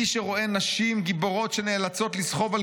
מי שרואה נשים גיבורות שנאלצות לסחוב על